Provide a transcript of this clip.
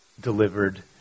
delivered